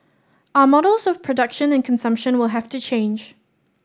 our models of production and consumption will have to change